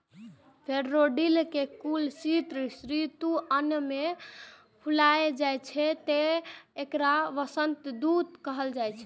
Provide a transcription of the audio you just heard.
daffodil के फूल शीत ऋतु के अंत मे फुलाय छै, तें एकरा वसंतक दूत कहल जाइ छै